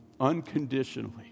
unconditionally